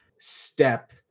step